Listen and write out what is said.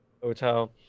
hotel